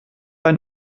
ein